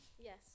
Yes